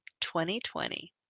2020